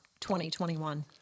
2021